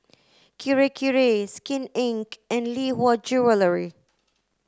Kirei Kirei Skin Inc and Lee Hwa Jewellery